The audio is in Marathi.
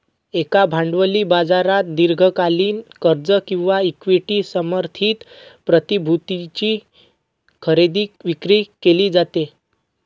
एका भांडवली बाजारात दीर्घकालीन कर्ज किंवा इक्विटी समर्थित प्रतिभूतींची खरेदी विक्री केली जाते